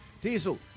diesel